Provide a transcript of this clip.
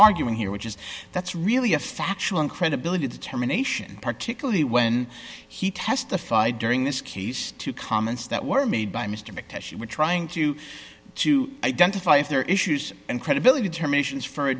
arguing here which is that's really a factual incredibility determination particularly when he testified during this case to comments that were made by mr mactavish we're trying to to identify if there are issues and credibility terminations for a